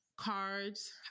cards